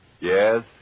Yes